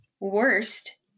worst